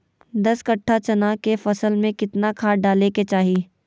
दस कट्ठा चना के फसल में कितना खाद डालें के चाहि?